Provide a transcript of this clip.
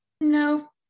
No